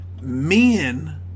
men